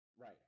Right